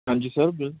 ਹਾਂਜੀ ਸਰ